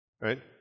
right